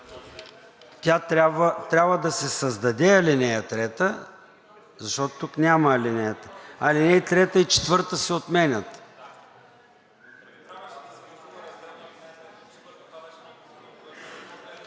Тя трябва да се създаде ал. 3, защото тук няма ал. 3. Алинеи 3 и 4 се отменят.